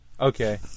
Okay